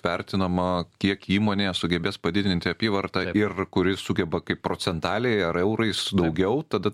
vertinama kiek įmonė sugebės padidinti apyvartą ir kuri sugeba kaip procentaliai ar eurais daugiau tada